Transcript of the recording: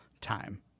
time